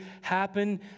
happen